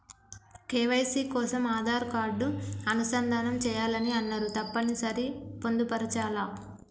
KYC కోసం Aadhaar card అనుసంధానం చేయాలని అన్నరు తప్పని సరి పొందుపరచాలా?